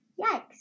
Yikes